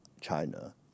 China